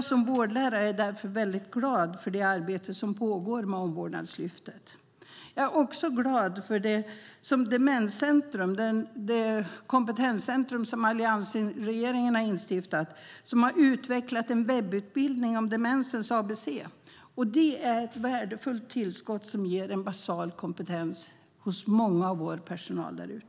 Som vårdlärare är jag därför mycket glad för det arbete som pågår med Omvårdnadslyftet. Jag är också glad för Svenskt Demenscentrum, det kompetenscentrum som alliansregeringen instiftat och som utvecklat en webbutbildning om demensens ABC. Det är ett värdefullt tillskott som ger basal kompetens till många i personalen.